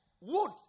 wood